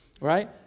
right